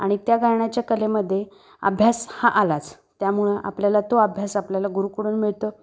आणि त्या गाण्याच्या कलेमध्ये अभ्यास हा आलाच त्यामुळे आपल्याला तो अभ्यास आपल्याला गुरुकडून मिळतो